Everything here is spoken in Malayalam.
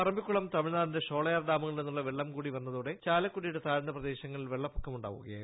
പറമ്പിക്കുളം തമിഴ്നാടിന്റെ ഷോളയാർ ഡാമുകളിൽ നിന്നുള്ള വെള്ളം കൂടി വന്നതോടെ ചാലക്കുടിയുടെ താഴ്ന്ന പ്രദേശങ്ങളിൽ വെള്ളപ്പൊക്കമുണ്ടാവുകയായിരുന്നു